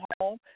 home